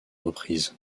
reprises